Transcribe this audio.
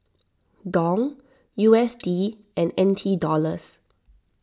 Dong U S D and N T Dollars